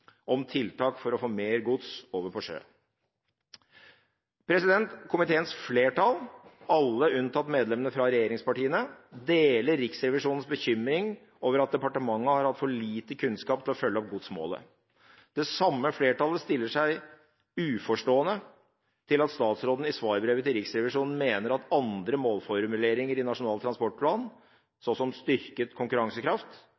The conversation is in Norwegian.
om tiltak for å få mer gods over på sjø. Komiteens flertall, alle unntatt medlemmene fra regjeringspartiene, deler Riksrevisjonens bekymring over at departementet har hatt for lite kunnskap til å følge opp godsmålet. Det samme flertallet stiller seg uforstående til at statsråden i svarbrevet til Riksrevisjonen mener at andre målformuleringer i Nasjonal transportplan,